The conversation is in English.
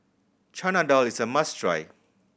Chana Dal is a must try